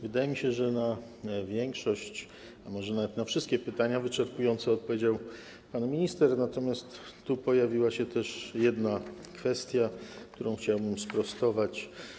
Wydaje mi się, że na większość pytań, może nawet na wszystkie pytania, wyczerpująco odpowiedział pan minister, natomiast tu pojawiła się też jedna kwestia, którą chciałbym sprostować.